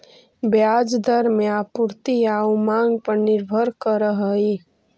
ब्याज दर बाजार में आपूर्ति आउ मांग पर निर्भर करऽ हइ